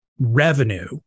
revenue